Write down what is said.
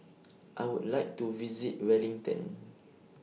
I Would like to visit Wellington